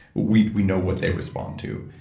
we we know what they respond to.